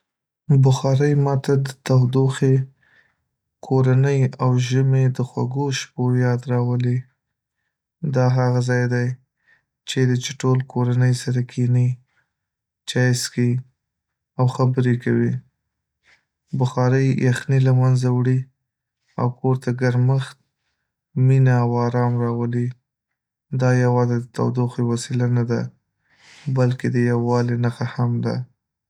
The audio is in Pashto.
بخارۍ ماته د تودوخې، کورنۍ او ژمي د خوږو شپو یاد راولي دا هغه ځای دی چیرې چې ټول کورنۍ سره کښېني، چای څښي او خبرې کوي. بخارۍ یخنۍ له منځه وړي او کور ته ګرمښت، مینه او ارام راولي. دا یوازې د تودوخې وسیله نه ده، بلکې د یووالي نښه هم ده.